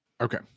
Okay